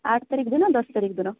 ଆଠ ତାରିଖ ଦିନ ଦଶ ତାରିଖ ଦିନ